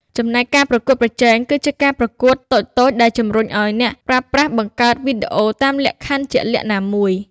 ចំណែក ការប្រកួតប្រជែង គឺជាការប្រកួតតូចៗដែលជំរុញឱ្យអ្នកប្រើប្រាស់បង្កើតវីដេអូតាមលក្ខខណ្ឌជាក់លាក់ណាមួយ។